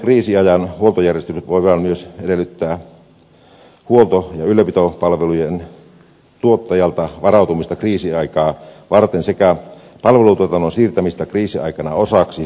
puolustusvoimien kriisiajan huoltojärjestelyt voivat myös edellyttää huolto ja ylläpitopalvelujen tuottajalta varautumista kriisiaikaa varten sekä palvelutuotannon siirtämistä kriisiaikana osaksi puolustusvoimien organisaatiota